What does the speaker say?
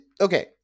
Okay